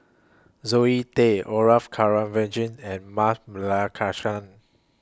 Zoe Tay Orfeur Cavenagh and Ma Balakrishnan